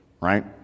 right